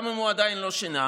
גם אם הוא עדיין לא שינה,